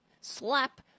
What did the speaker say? slap